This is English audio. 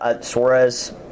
Suarez